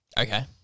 Okay